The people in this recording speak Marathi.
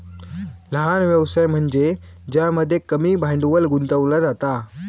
लहान व्यवसाय म्हनज्ये ज्यामध्ये कमी भांडवल गुंतवला जाता